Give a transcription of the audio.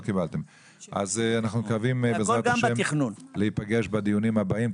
אז אנחנו מקווים בעזרת השם להיפגש גם בדיונים הבאים.